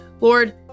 Lord